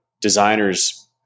designers